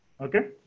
Okay